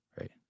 Right